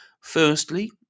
firstly